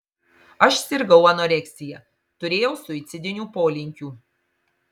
aš sirgau anoreksija turėjau suicidinių polinkių